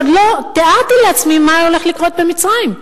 ועוד לא תיארתי לעצמי מה הולך לקרות במצרים.